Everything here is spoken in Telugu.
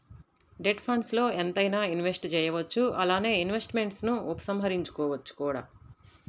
డెట్ ఫండ్స్ల్లో ఎంతైనా ఇన్వెస్ట్ చేయవచ్చు అలానే ఇన్వెస్ట్మెంట్స్ను ఉపసంహరించుకోవచ్చు కూడా